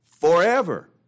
forever